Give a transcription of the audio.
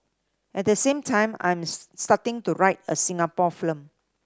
at the same time I'm starting to write a Singapore film